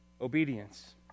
obedience